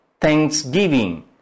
thanksgiving